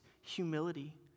humility